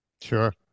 Sure